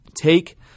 take